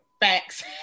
facts